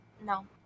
No